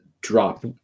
drop